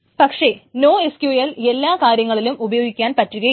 പക്ഷേ നോഎസ്ക്യൂഎൽ എല്ലാ കാര്യങ്ങളിലും ഉപയോഗിക്കുവാൻ പറ്റുകയില്ല